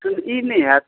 तहन ई नहि होयत